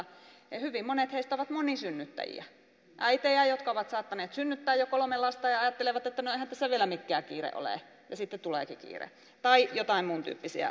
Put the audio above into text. hyvin monet heistä ovat monisynnyttäjiä äitejä jotka ovat saattaneet synnyttää jo kolme lasta ja ajattelevat että no eihän tässä vielä mikään kiire ole ja sitten tuleekin kiire tai joitain muuntyyppisiä tilanteita